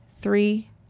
three